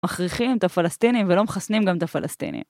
מכריחים את הפלסטינים ולא מחסנים גם את הפלסטינים.